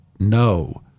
no